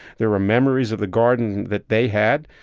there were memories of the garden that they had.